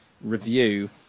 review